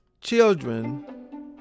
children